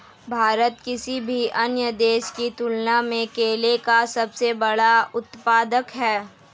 भारत किसी भी अन्य देश की तुलना में केले का सबसे बड़ा उत्पादक है